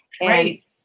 right